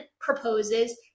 proposes